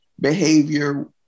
behavior